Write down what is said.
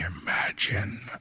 imagine